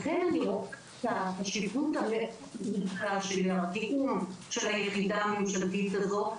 לכן אני רואה את החשיבות העמוקה של התיאום של היחידה הממשלתית הזאת.